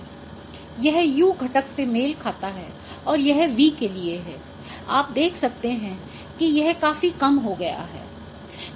यह U घटक से मेल खाता है और यह V के लिए है आप देख सकते हैं कि यह काफी कम हो गया है